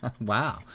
Wow